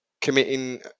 committing